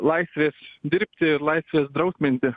laisvės dirbti ir laisvės drausminti